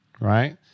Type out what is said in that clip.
right